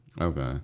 Okay